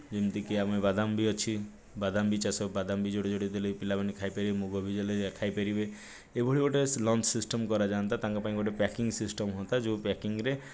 ଯେମିତିକି ଆମେ ବାଦାମ ବି ଅଛି ବାଦାମ ବି ଚାଷ ବାଦାମ ବି ଯୋଡ଼େ ଯୋଡ଼େ ଦେଲେ ପିଲାମାନେ ବି ଖାଇପାରିବେ ମୁଗ ବି ଦେଲେ ଖାଇପାରିବେ ଏଭଳି ଗୋଟେ ଲଞ୍ଚ ସିଷ୍ଟମ୍ କରାଯାଆନ୍ତା ତାଙ୍କ ପାଇଁ ଗୋଟେ ପ୍ୟାକିଙ୍ଗ୍ ସିଷ୍ଟମ୍ ହୁଅନ୍ତା ଯେଉଁ ପ୍ୟାକିଙ୍ଗ୍ରେ